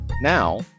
Now